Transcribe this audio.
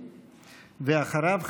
ואחריו,